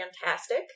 Fantastic